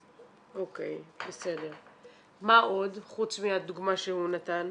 מה עוד, חוץ מהדוגמה שהוא נתן.